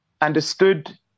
understood